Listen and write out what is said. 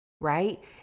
right